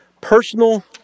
personal